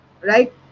right